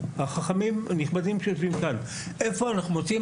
החכמים הנכבדים שיושבים כאן: איפה אנחנו מוצאים,